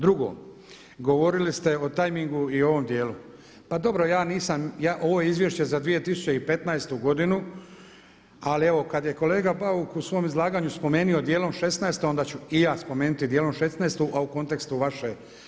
Drugo, govorili ste o tajmingu i o ovom djelu, pa dobro ja nisam, ovo je izvješće za 2015. godinu ali evo kad je kolega Bauk u svom izlaganju spomenuo djelom 2016. onda ću i ja spomenuti djelom 2016. a u kontekstu vaše.